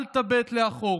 אל תביט לאחור,